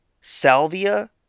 Salvia